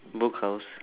book house